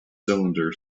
cylinder